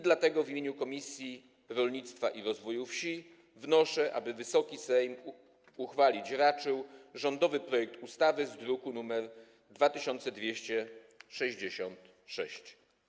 Dlatego w imieniu Komisji Rolnictwa i Rozwoju Wsi wnoszę, aby Wysoki Sejm uchwalić raczył rządowy projekt ustawy zawarty w druku nr 2266.